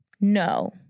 No